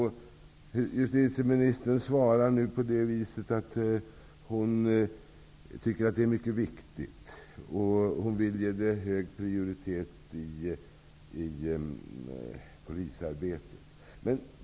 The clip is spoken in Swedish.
Justitieministern svarar att hon tycker att denna fråga är viktig och hon vill ge den hög prioritet i polisarbetet.